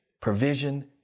provision